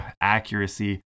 accuracy